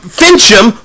fincham